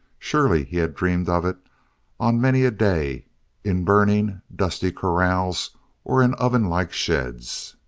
surely he had dreamed of it on many a day in burning, dusty corrals or in oven-like sheds.